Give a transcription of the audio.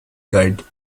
guard